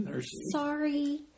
Sorry